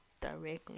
directly